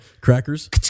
Crackers